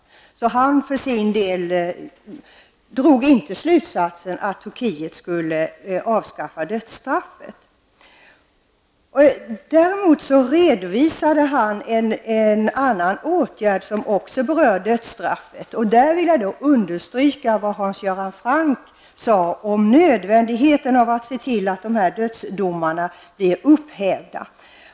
Han drog därför för sin del inte slutsatsen att Han redovisade däremot en annan åtgärd som också berör dödsstraffet. Jag vill i detta sammanhang understryka vad Hans Göran Franck sade om nödvändigheten av att se till att dödsdomarna blir upphävda.